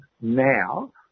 Now